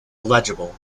illegible